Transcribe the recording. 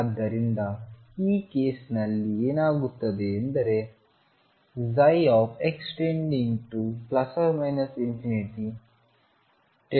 ಆದ್ದರಿಂದ ಈ ಕೇಸ್ ನಲ್ಲಿ ಏನಾಗುತ್ತದೆಯೆಂದರೆ ψ x→±∞→0